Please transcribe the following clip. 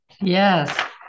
Yes